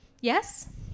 Yes